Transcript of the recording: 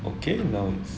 okay now it's